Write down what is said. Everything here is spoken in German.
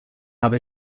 habe